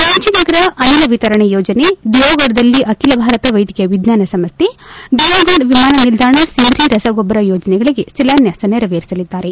ರಾಂಚಿ ನಗರ ಅನಿಲ ವಿತರಣೆ ಯೋಜನೆ ದಿಯೋಗಢದಲ್ಲಿ ಅಖಿಲ ಭಾರತ ವೈದ್ಯಕೀಯ ವಿಜ್ಞಾನ ಸಂಸ್ಕೆ ದಿಯೋಗಢ ವಿಮಾನ ನಿಲ್ದಾಣ ಸಿಂದ್ರಿ ರಸಗೊಬ್ಬರ ಯೋಜನೆಗಳಿಗೆ ಶಿಲಾನ್ಯಾಸ ನೆರವೇರಿಸಲಿದ್ದಾರೆ